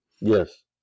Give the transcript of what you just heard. Yes